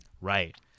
Right